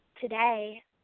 today